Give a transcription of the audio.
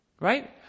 right